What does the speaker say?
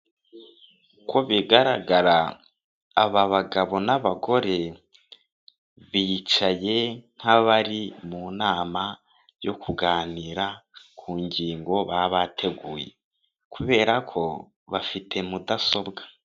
Uko bigaragara aba bagabo n'abagore bicaye nk'abari mu nama yo kuganira ku ngingo baba bateguye, kubera ko bafite mudasobwa.